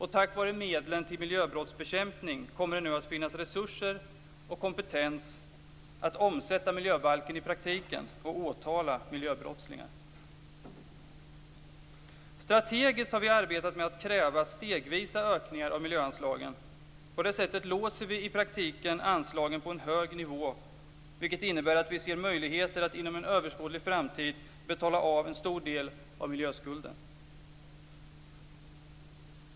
Och tack vare medlen till miljöbrottsbekämpning kommer det nu att finnas resurser och kompetens att omsätta miljöbalken i praktiken och åtala miljöbrottslingar. Strategiskt har vi arbetat med att kräva stegvisa ökningar av miljöanslagen.